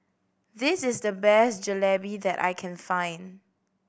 this is the best Jalebi that I can find